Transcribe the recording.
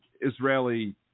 Israeli